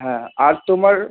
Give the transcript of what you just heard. হ্যাঁ আর তোমার